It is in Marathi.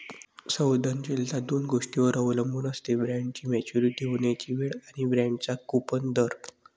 संवेदनशीलता दोन गोष्टींवर अवलंबून असते, बॉण्डची मॅच्युरिटी होण्याची वेळ आणि बाँडचा कूपन दर